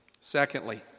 Secondly